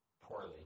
Poorly